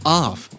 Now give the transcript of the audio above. off